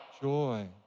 Joy